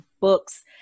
book's